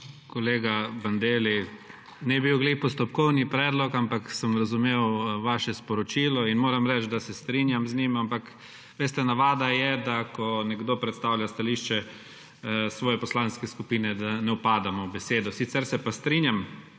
Kolega Bandelli, ni bil ravno postopkovni predlog, ampak sem razumel vaše sporočilo in moram reči, da se strinjam z njim. Ampak, veste, navada je, da ko nekdo predstavlja stališče svoje poslanske skupine, da ne vpadamo v besedo. Sicer se pa strinjam